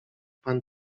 pan